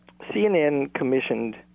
CNN-commissioned